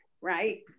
right